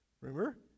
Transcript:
remember